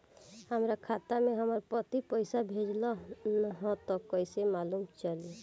हमरा खाता में हमर पति पइसा भेजल न ह त कइसे मालूम चलि?